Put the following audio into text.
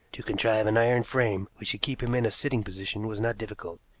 to contrive an iron frame which should keep him in a sitting position was not difficult,